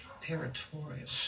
territorial